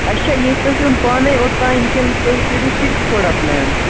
اَسہِ چھا ییٚتہِ پٮ۪ٹھ یُن پانَے اوٚرتانۍ کِنہٕ تُہۍ کٔرِو سُہ تہِ تھوڑا پُلین